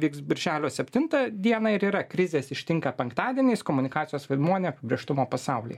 vyks birželio septintą dieną ir yra krizės ištinka penktadieniais komunikacijos vaidmuo neapibrėžtumo pasaulyje